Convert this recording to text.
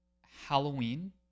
Halloween